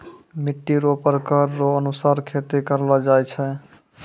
मिट्टी रो प्रकार रो अनुसार खेती करलो जाय छै